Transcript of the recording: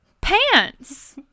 pants